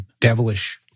devilish